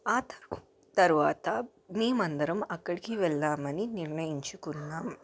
ఆతరువాత మేము అందరం అక్కడికి వెళ్దామని నిర్ణయించుకున్నాం